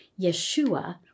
Yeshua